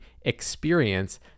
experience